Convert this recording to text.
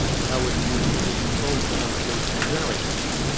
how would the user take control of the conversation to generate buzz.